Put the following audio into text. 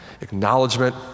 acknowledgement